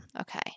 okay